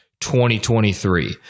2023